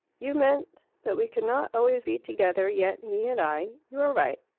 you meant that we could not always be together yet, he and i. you are right.